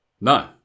No